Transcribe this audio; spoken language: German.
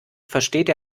versteht